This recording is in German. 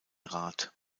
rat